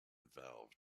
valve